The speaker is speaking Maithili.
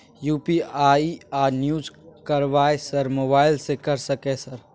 यु.पी.आई ना यूज करवाएं सर मोबाइल से कर सके सर?